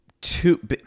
two